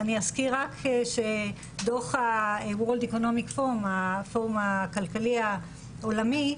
אני אזכיר שדו"ח הפורום הכלכלי העולמי,